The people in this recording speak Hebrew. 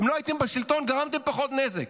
אתם לא הייתם בשלטון, גרמתם פחות נזק.